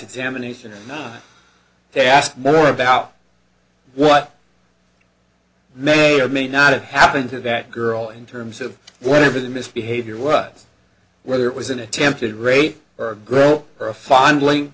examination or not they asked more about what may or may not have happened to that girl in terms of whatever the misbehavior was whether it was an attempted rape or grow her a fondling